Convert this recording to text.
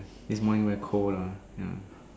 this morning very cold ah ya